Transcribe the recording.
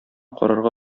карарга